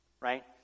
right